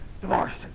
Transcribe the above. Divorced